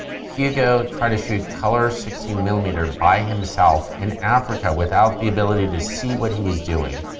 hugo tried to shoot colour, sixteen millimetre by himself in africa without the ability to see what he was doing.